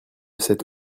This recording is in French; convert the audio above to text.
cette